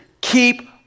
keep